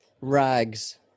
Rags